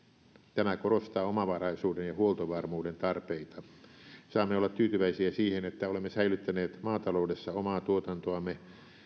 tämä korostaa omavaraisuuden ja huoltovarmuuden tarpeita saamme olla tyytyväisiä siihen että olemme säilyttäneet maataloudessa omaa tuotantoamme